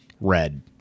red